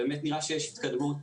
באמת נראה שיש התקדמות.